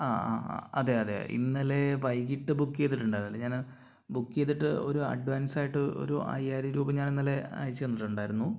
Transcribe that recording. ആ ആ ആ അതെ അതെ ഇന്നലെ വൈകിട്ട് ബുക്ക് ചെയ്തിട്ടുണ്ടായിരുന്നില്ലേ ഞാൻ ബുക്ക് ചെയ്തിട്ട് ഒരു അഡ്വാൻസായിട്ട് ഒരു അയ്യായിരം രൂപ ഞാനിന്നലെ അയച്ചു തന്നിട്ടുണ്ടായിരുന്നു